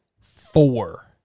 four